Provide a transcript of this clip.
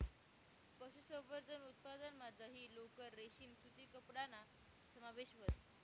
पशुसंवर्धन उत्पादनमा दही, लोकर, रेशीम सूती कपडाना समावेश व्हस